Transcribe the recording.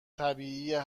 طبیعیه